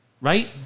right